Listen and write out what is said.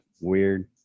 weird